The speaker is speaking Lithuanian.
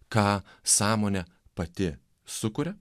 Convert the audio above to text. ką sąmonė pati sukuria